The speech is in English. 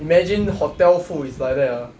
imagine hotel food is like that ah